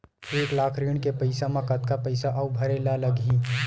एक लाख के ऋण के पईसा म कतका पईसा आऊ भरे ला लगही?